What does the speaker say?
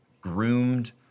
groomed